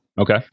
Okay